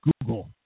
Google